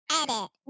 edit